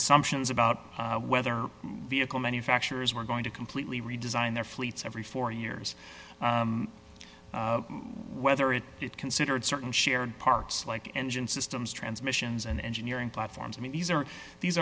assumptions about whether vehicle manufacturers were going to completely redesign their fleets every four years whether it considered certain shared parts like engine systems transmissions and engineering platforms i mean these are these